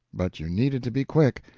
but you needed to be quick,